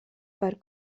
par